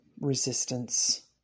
resistance